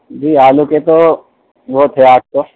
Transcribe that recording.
جی آلو کے تو وہ تھے آٹھ سو